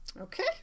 Okay